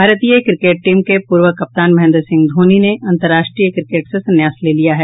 भारतीय cricket team के पूर्व कप्तान महेन्द्र सिंह धोनी ने अंतर्राष्ट्रीय क्रिकेट से संन्यास ले लिया है